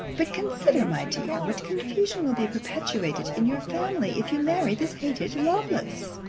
but, consider, my dear, what confusion will be perpetuated in your family, if you marry this hated lovelace!